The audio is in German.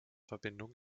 verbindung